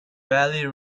valley